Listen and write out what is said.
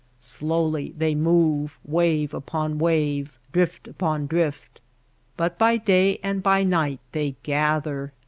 slowly they move, wave upon wave, drift upon drift but by day and by night they gather,